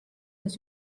das